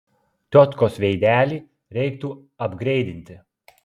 tiotkos veidelį reiktų apgreidinti